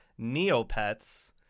Neopets